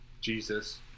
Jesus